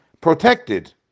protected